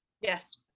yes